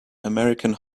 american